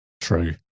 True